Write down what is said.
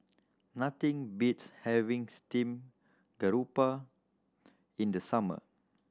nothing beats having steamed garoupa in the summer